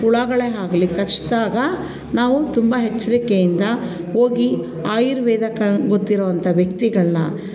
ಹುಳಗಳೇ ಆಗಲಿ ಕಚ್ಚಿದಾಗ ನಾವು ತುಂಬ ಎಚ್ಚರಿಕೆಯಿಂದ ಹೋಗಿ ಆಯುರ್ವೇದ ಕ ಗೊತ್ತಿರುವಂಥ ವ್ಯಕ್ತಿಗಳನ್ನ